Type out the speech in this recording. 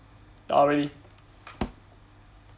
oh really